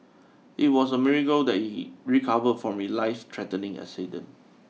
it was a miracle that he recover from his life threatening accident